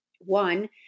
one